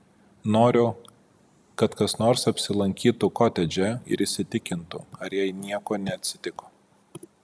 noriu kad kas nors apsilankytų kotedže ir įsitikintų ar jai nieko neatsitiko